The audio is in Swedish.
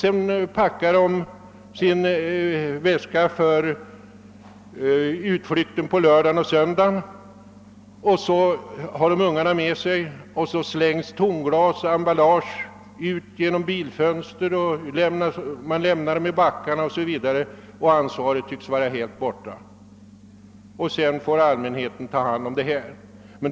De packar sedan sin väska för utflykten på lördagen och söndagen. Ungarna är med, och engångsglas och andra emballage slänges ut genom fönstret eller lämnas kvar i backen; ansvaret tycks vara helt borta. Sedan får det allmänna ta hand om skräpet.